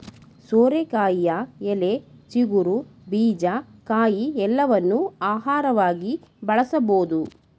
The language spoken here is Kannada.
ಸೋರೆಕಾಯಿಯ ಎಲೆ, ಚಿಗುರು, ಬೀಜ, ಕಾಯಿ ಎಲ್ಲವನ್ನೂ ಆಹಾರವಾಗಿ ಬಳಸಬೋದು